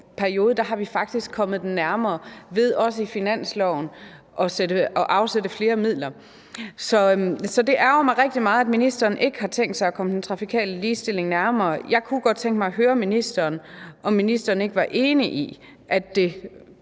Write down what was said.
periode kommet den nærmere ved også i finansloven at afsætte flere midler. Så det ærgrer mig rigtig meget, at ministeren ikke har tænkt sig at komme den trafikale ligestilling nærmere. Jeg kunne godt tænke mig at høre ministeren, om ministeren ikke var enig i, at det